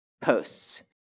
posts